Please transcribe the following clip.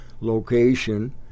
location